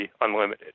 unlimited